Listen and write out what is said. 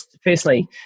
firstly